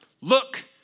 Look